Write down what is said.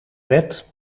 wet